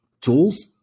tools